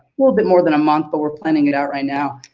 little bit more than a month, but we're planning it out right now.